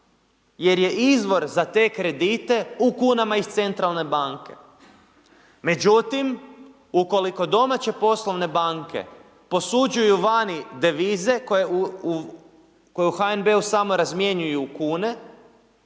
jer je izvor za te kredite u kunama iz centralne banke. Međutim, ukoliko domaće poslovne banke posuđuju vani devize koje u HNB-u samo razmjenjuju kune